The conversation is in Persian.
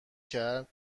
کرد